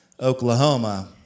Oklahoma